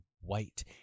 White